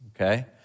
okay